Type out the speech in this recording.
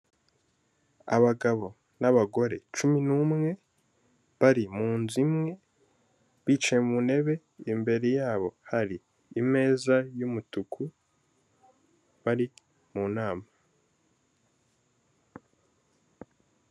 Abagabo n'abagore cumi n'umwe bari mu nzu imwe, bicaye mu ntebe, imbere yabo hari imeza y'umutuku bari mu nama.